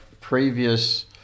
previous